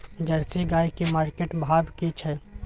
Jersey गाय की market भाव की छै?